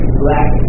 black